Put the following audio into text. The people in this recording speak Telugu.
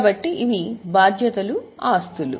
కాబట్టి ఇవి బాధ్యతలు ఆస్తులు